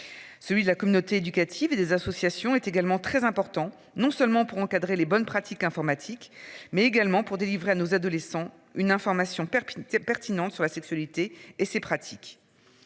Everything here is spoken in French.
Celui de la communauté éducative et des associations est également très important non seulement pour encadrer les bonnes pratiques informatiques mais également pour délivrer à nos adolescents une information Perpignan pertinentes sur la sexualité et c'est pratique.